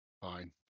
Fine